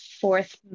fourth